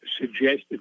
suggested